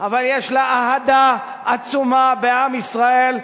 אבל יש לה אהדה עצומה בעם ישראל,